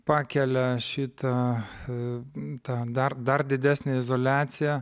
pakelia šitą dar dar didesnę izoliaciją